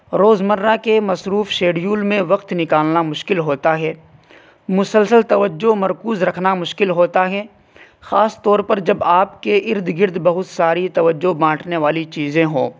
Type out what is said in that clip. روز مرہ کے مصروف شیڈیول میں وقت نکالنا مشکل ہوتا ہے مسلسل توجہ مرکوز رکھنا مشکل ہوتا ہے خاص طور پر جب آپ کے ارد گرد بہت ساری توجہ بانٹنے والی چیزیں ہوں